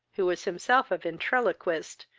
who was himself a ventriloquist,